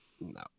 no